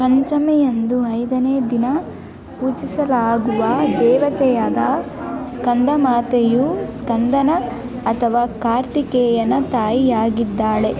ಪಂಚಮಿಯಂದು ಐದನೇ ದಿನ ಪೂಜಿಸಲಾಗುವ ದೇವತೆಯಾದ ಸ್ಕಂದಮಾತೆಯು ಸ್ಕಂದನ ಅಥವಾ ಕಾರ್ತಿಕೇಯನ ತಾಯಿಯಾಗಿದ್ದಾಳೆ